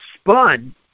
spun